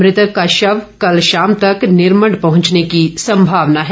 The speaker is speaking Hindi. मृतक का शव कल शाम तक निरमण्ड पहुंचने की सम्भावना है